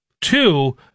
Two